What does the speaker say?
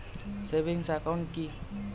Savings account কি?